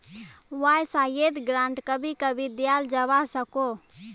वाय्सायेत ग्रांट कभी कभी दियाल जवा सकोह